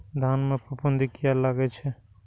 धान में फूफुंदी किया लगे छे?